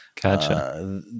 Gotcha